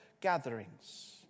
gatherings